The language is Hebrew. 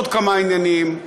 עוד כמה עניינים,